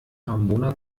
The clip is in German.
ramona